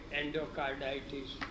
endocarditis